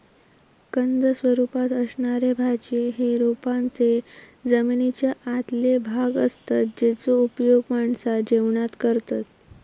कंद स्वरूपात असणारे भाज्ये हे रोपांचे जमनीच्या आतले भाग असतत जेचो उपयोग माणसा जेवणात करतत